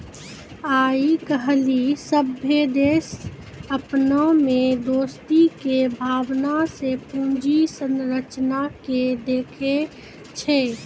आइ काल्हि सभ्भे देश अपना मे दोस्ती के भावना से पूंजी संरचना के देखै छै